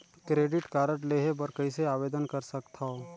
Credit card लेहे बर कइसे आवेदन कर सकथव?